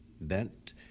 bent